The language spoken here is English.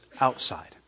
outside